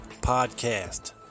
Podcast